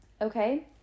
Okay